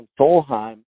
Solheim